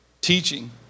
teaching